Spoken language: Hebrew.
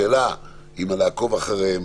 השאלה אם לעקוב אחריהם